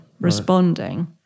responding